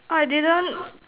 !wah! I didn't